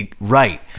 right